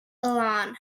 elon